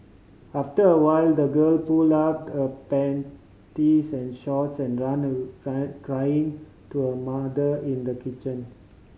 after a while the girl pulled up her panties and shorts and ran ran crying to her mother in the kitchen